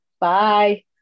Bye